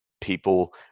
people